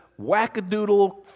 wackadoodle